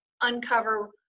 uncover